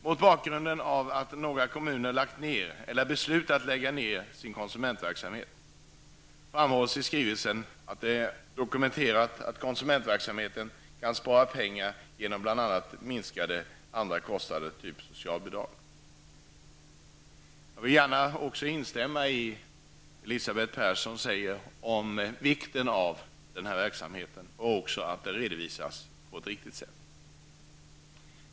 Mot bakgrund av att några kommuner har lagt ned eller beslutat att lägga ned sin konsumentverksamhet framhålls i skrivelsen att det är dokumenterat att konsumentverksamhet kan spara pengar genom bl.a. minskade socialbidragskostnader. Jag vill instämma i vad Elisabeth Persson sade om vikten av denna verksamhet och av att den redovisas på ett riktigt sätt.